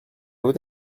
voté